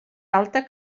alta